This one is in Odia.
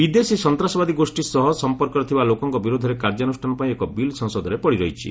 ବିଦେଶୀ ସନ୍ତାସବାଦୀ ଗୋଷ୍ଠୀ ସହ ସମ୍ପର୍କରେ ଥିବା ଲୋକଙ୍କ ବିରୋଧରେ କାର୍ଯ୍ୟାନୁଷ୍ଠାନ ପାଇଁ ଏକ ବିଲ୍ ସଂସଦରେ ପଡ଼ିରହିଛି